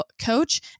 coach